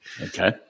Okay